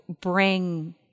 bring